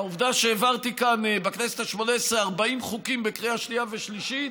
העובדה שהעברתי כאן בכנסת השמונה עשרה 40 חוקים בקריאה שנייה ושלישית,